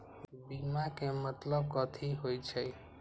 बीमा के मतलब कथी होई छई?